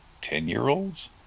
ten-year-olds